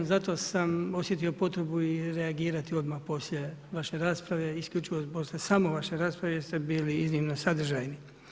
Zato sam osjetio potrebu i reagirati odmah poslije vaše rasprave, isključivo poslije samo vaše rasprave jer ste bili iznimno sadržajni.